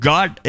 God